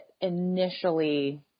initially